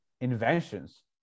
inventions